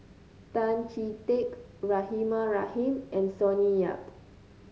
Tan Chee Teck Rahimah Rahim and Sonny Yap